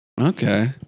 Okay